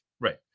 right